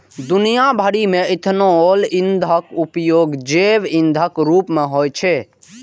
दुनिया भरि मे इथेनॉल ईंधनक उपयोग जैव ईंधनक रूप मे होइ छै